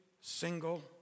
single